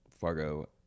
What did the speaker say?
Fargo